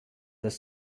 das